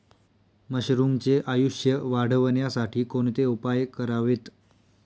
मशरुमचे आयुष्य वाढवण्यासाठी कोणते उपाय करावेत?